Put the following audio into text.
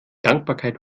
dankbarkeit